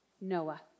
Noah